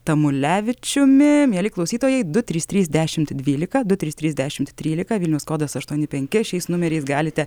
tamulevičiumi mieli klausytojai du trys trys dešimt dvylika du trys trys dešimt trylika vilniaus kodas aštuoni penki šiais numeriais galite